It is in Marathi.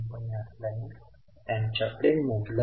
त्यापैकी आपल्याला आता बॅलन्स शीट मध्ये जावे लागले